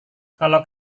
kalau